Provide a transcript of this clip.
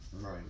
Right